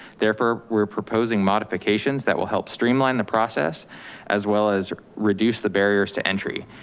therefore, we're proposing modifications that will help streamline the process as well as reduce the barriers to entry.